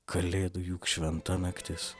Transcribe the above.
kalėdų juk šventa naktis